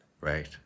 right